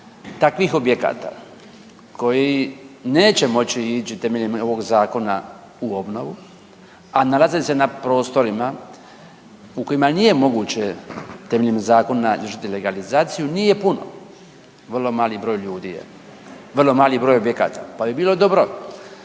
takvih objekata koji neće moći ići temeljem ovog zakona u obnovu, a nalaze se na prostorima u kojima nije moguće temeljem zakona izvršiti legalizaciju nije puno, vrlo mali broj ljudi je, vrlo mali broj objekata, pa bi bilo dobro